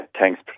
thanks